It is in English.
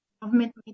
government